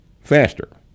faster